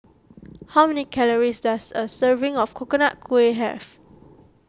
how many calories does a serving of Coconut Kuih have